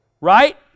Right